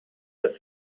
das